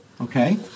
Okay